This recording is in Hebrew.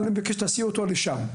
אבל אני מבקש שתסיעו אותו לשם".